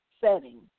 setting